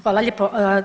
Hvala lijepo.